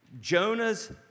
Jonah's